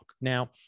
Now